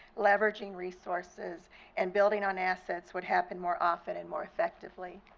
leveraging resources and building on assets would happen more often and more effectively.